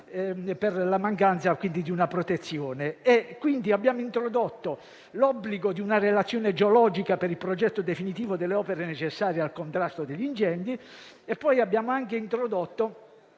per la mancanza di una protezione. Abbiamo introdotto pertanto l'obbligo di una relazione geologica per il progetto definitivo delle opere necessarie al contrasto degli incendi e abbiamo anche introdotto